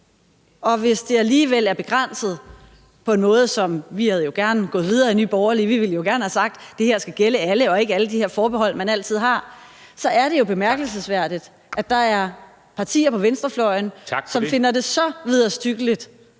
og hvis det alligevel er begrænset – vi var jo gerne gået videre i Nye Borgerlige; vi ville gerne have sagt, at det her skal gælde for alle, og ikke alle de der forbehold, man altid har – så er det bemærkelsesværdigt, at der er partier på venstrefløjen, som finder det så vederstyggeligt